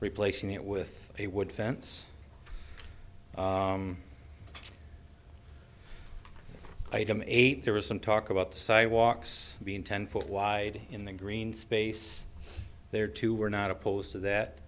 replacing it with a wood fence item eight there was some talk about the sidewalks being ten foot wide in the green space there too we're not opposed to